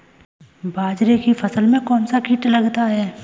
बाजरे की फसल में कौन सा कीट लगता है?